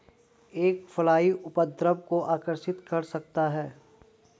एक फ्लाई उपद्रव को आकर्षित कर सकता है?